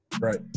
Right